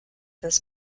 this